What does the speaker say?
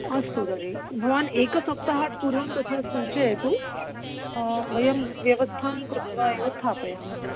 अस्तु तर्हि भवान् एकसप्ताहात् पूर्वं तथा सूचयतु वयं व्यवस्थां कृत्वा एव स्थापयामः